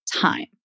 time